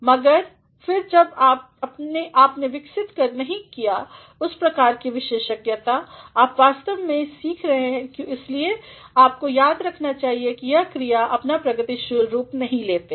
मगर फिर जब आपने विकसित नही किया है उस प्रकार की विशेषज्ञता आप वास्तव में सिख रहे हैं इसलिए आपको याद रखना चाहिए कि यह क्रिया अपना प्रगतिशील रूप नही लेते हैं